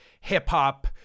hip-hop